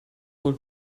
wohl